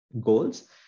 goals